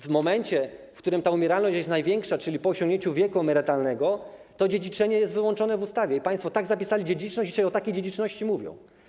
W momencie, w którym umieralność jest największa, czyli po osiągnięciu wieku emerytalnego, to dziedziczenie jest wyłączone w ustawie i państwo tak zapisali dziedziczność i dzisiaj o takiej dziedziczności mówią.